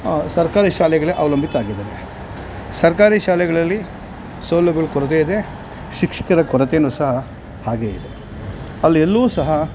ಸರ್ಕಾರಿ ಶಾಲೆಗ್ಳಿಗೆ ಅವಲಂಬಿತ ಆಗಿದ್ದಾರೆ ಸರ್ಕಾರಿ ಶಾಲೆಗಳಲ್ಲಿ ಸೌಲಭ್ಯಗಳ ಕೊರತೆ ಇದೆ ಶಿಕ್ಷಕರ ಕೊರತೇನೂ ಸಹ ಹಾಗೇ ಇದೆ ಅಲ್ಲಿ ಎಲ್ಲೂ ಸಹ